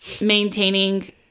maintaining